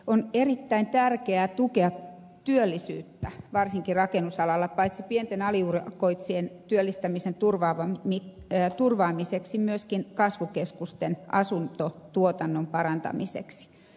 on erittäin tärkeää tukea työllisyyttä varsinkin rakennusalalla paitsi pienten aliurakoitsijoiden työllistämisen turvaamiseksi myöskin kasvukeskusten asuntotuotannon parantamiseksi